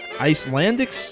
Icelandic